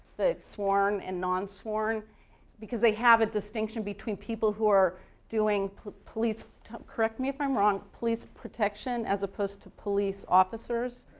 the sworn and non sworn because they have a distinction between people who are doing police, correct me if i'm wrong, police protection as opposed to police officers.